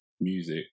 music